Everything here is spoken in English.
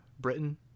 Britain